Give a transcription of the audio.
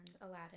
aladdin